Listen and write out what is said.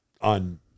on